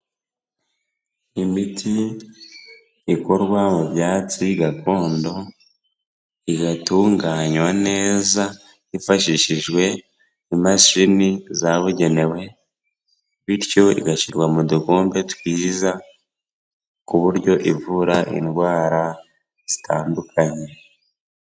Imiti ikorwa mu byatsi gakondo, igatunganywa neza hifashishijwe imashini zabugenewe, bityo igashyirwa mu dukombe twiza ku buryo ivura indwara zitandukanye.